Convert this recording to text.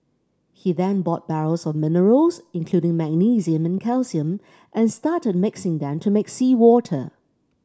he then bought barrels of minerals including magnesium and calcium and started mixing them to make seawater